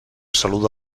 saluda